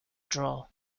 draw